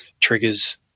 triggers